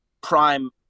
prime